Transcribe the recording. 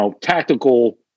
tactical